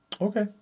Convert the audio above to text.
Okay